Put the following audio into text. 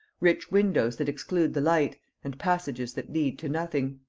rich windows that exclude the light, and passages that lead to nothing.